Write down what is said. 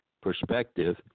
perspective